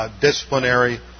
Disciplinary